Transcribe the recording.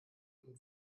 und